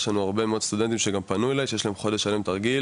יש לנו הרבה מאוד סטודנטים שגם פנו אליי שיש להם חודש שלם תרגיל,